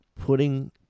putting